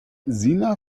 sina